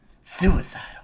Suicidal